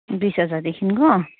बिस हजारदेखिन्को